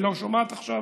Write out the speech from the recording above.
היא לא שומעת עכשיו,